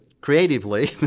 creatively